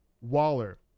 Waller